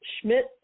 Schmidt